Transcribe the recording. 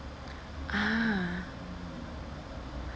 ah